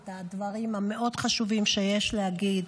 את הדברים המאוד-חשובים שיש להגיד.